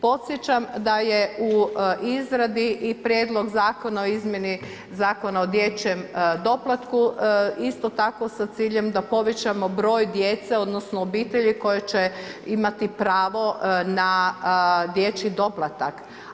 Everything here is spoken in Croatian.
Podsjećam da je u izradi i Prijedlog zakona o izmjeni Zakona o dječjem doplatku, isto tako sa ciljem da povećamo broj djece, odnosno obitelji koje će imati pravo na dječji doplatak.